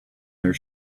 their